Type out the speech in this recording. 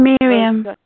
Miriam